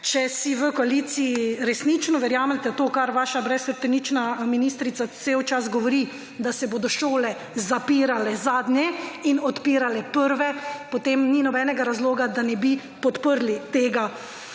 če si v koaliciji resnično verjamete v to, kar vaša brezhrbtenična ministrica cel čas govori, da se bodo šole zapirale zadnje in odpirale prve, potem ni nobenega razloga, da ne bi podprli tega